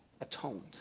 atoned